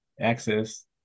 access